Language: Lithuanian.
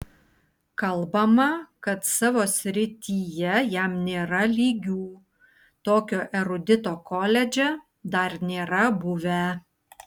kalbama kad savo srityje jam nėra lygių tokio erudito koledže dar nėra buvę